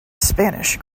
spanish